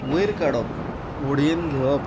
वयर काडप व्हडयेंत घेवप